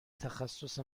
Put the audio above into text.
تخصص